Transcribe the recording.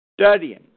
studying